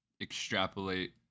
extrapolate